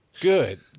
Good